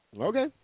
Okay